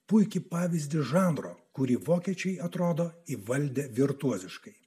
puikų pavyzdį žanro kurį vokiečiai atrodo įvaldę virtuoziškai